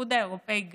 לאיחוד האירופי.